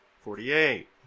forty-eight